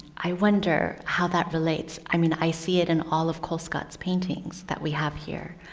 i wonder how that relates. i mean, i see it in all of colescott's paintings that we have here.